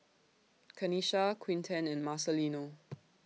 Kanisha Quinten and Marcelino